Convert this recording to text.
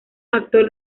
actor